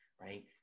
right